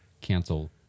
cancel